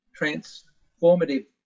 transformative